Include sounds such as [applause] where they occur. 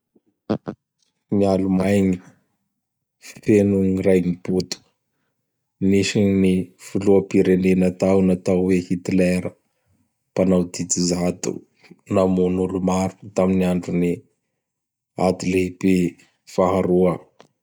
[noise] Gn'Allemagne! Feno gny rain gny boto. Misy gn ny Filoham-pirenena tao natao heo Hitler, [noise] mpanao didy jado; namono olo maro tamin'andron'ny ady lehibe faharoa. [noise]